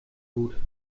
gut